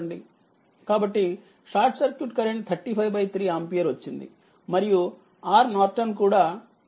కాబట్టి short circuit current 353ఆంపియర్వచ్చింది మరియు RNకూడా నార్టన్ 2Ω వచ్చింది